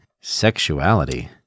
sexuality